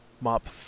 Mop